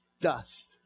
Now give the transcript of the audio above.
Dust